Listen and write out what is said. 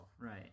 Right